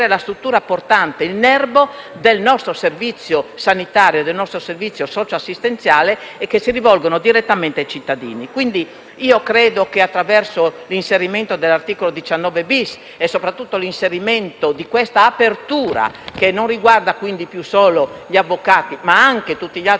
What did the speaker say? la struttura portante, il nerbo, del nostro servizio sanitario e socio-assistenziale, che si rivolge direttamente ai cittadini. Credo quindi che attraverso l'inserimento dell'articolo 19-*bis* e, soprattutto, di questa apertura, che non riguarda più solo gli avvocati, ma anche tutti gli altri